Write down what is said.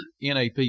NAP